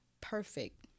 perfect